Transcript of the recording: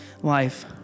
life